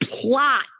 plot